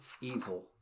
evil